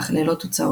אך ללא תוצאות.